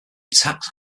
tax